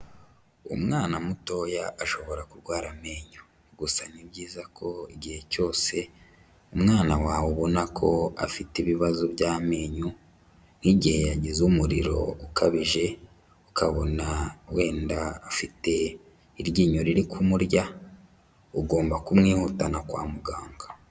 Umwana mutoya ashobora kurwara amenyo, gusa ni byiza ko igihe cyose umwana wawe ubona ko afite ibibazo by'amenyo nk'igihe yagize umuriro ukabije, ukabona wenda afite iryinyo riri kumurya, ugomba kumwihutana kwa muganga.